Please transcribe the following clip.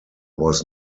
was